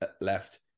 left